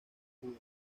judas